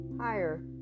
higher